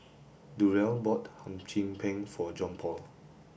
Durell bought Hum Chim Peng for Johnpaul